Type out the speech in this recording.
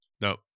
No